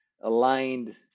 aligned